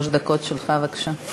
שלוש דקות שלך, בבקשה.